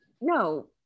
no